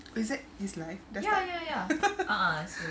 is that his live dah start